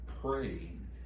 praying